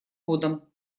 годом